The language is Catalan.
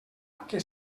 que